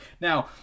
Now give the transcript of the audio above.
now